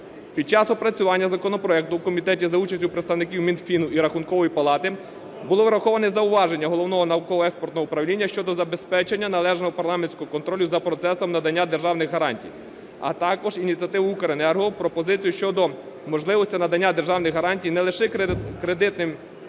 Під час опрацювання законопроекту в комітеті за участю представників Мінфіну і Рахункової палати були враховані зауваження Головного науково-експертного управління щодо забезпечення належного парламентського контролю за процесом надання державних гарантій, а також ініціативу "Укренерго", пропозицію щодо можливості надання державних гарантій не лише на кредити